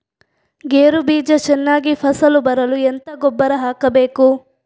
ಗೇರು ಬೀಜ ಚೆನ್ನಾಗಿ ಫಸಲು ಬರಲು ಎಂತ ಗೊಬ್ಬರ ಹಾಕಬೇಕು?